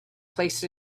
placed